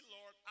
Lord